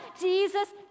Jesus